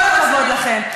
כל הכבוד לכם.